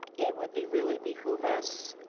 it would be really behoove us,